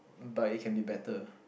but it can be better